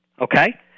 okay